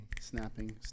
snapping